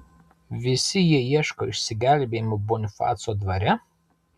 visi jie ieško išsigelbėjimo bonifaco dvare